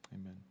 Amen